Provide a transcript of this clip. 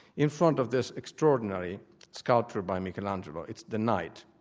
in front of this extraordinary sculpture by michelangelo it's the night.